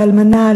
באלמנה,